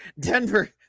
Denver